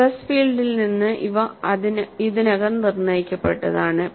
stress ഫീൽഡിൽ നിന്ന് ഇവ ഇതിനകം നിർണ്ണയിക്കപ്പെട്ടതാണ്